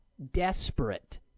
desperate